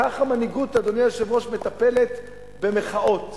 ככה מנהיגות, אדוני היושב-ראש, מטפלת במחאות.